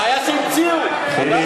חבר הכנסת חזן,